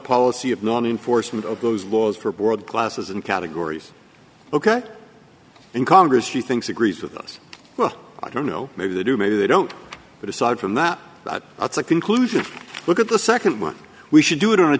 policy of non enforcement of those laws for board classes and categories ok in congress she thinks agrees with us well i don't know maybe they do maybe they don't but aside from that it's a conclusion look at the nd one we should do it on a